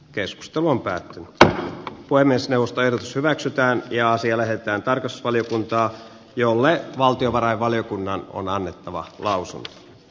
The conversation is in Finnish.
keskustelu on pääät tähti puhemiesneuvoston hyväksytään ja asia lähetetään tarkastusvaliokuntaan jolle valtiovarainvaliokunnan puheenjohtajana samaan aikaan